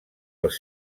els